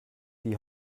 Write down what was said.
die